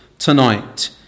Tonight